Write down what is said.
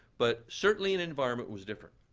but certainly an environment was different.